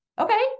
Okay